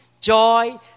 joy